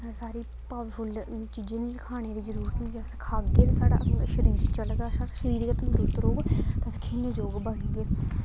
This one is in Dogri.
सारी पावरफुल चीजें दी खाने दी जरूरत होंदी जे अस खाग्गै ते साढ़ा शरीर चलग साढ़ा शरीर गै तंदरुस्त रौह्ग तां अस खेलने जोग बनगे